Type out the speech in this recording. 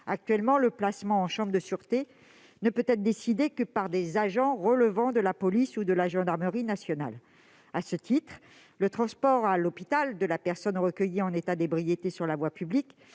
Actuellement, le placement en chambre de sûreté ne peut être décidé que par des agents relevant de la police ou de la gendarmerie nationale. À ce titre, le transport à l'hôpital de la personne recueillie en état d'ébriété sur la voie publique